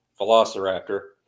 velociraptor